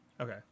Okay